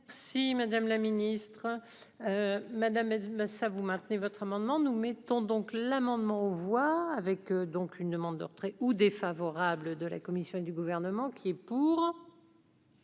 Si Madame la ministre madame Dumas ça vous maintenez votre amendement, nous mettons donc l'amendement voit avec donc une demande de retrait ou défavorable de la commission du gouvernement qui est pour.